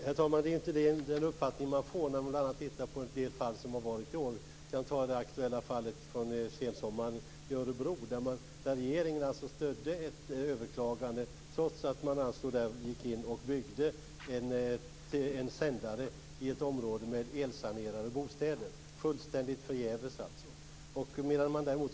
Herr talman! Det är inte den uppfattning som man får när man tittar på bl.a. de fall som har förekommit i år. I ett aktuellt fall från sensommaren i Örebro stödde regeringen ett överklagande som innebar att man fick bygga en sändare i ett område med elsanerade bostäder. Elsaneringen var alltså fullständigt förgäves.